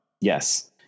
Yes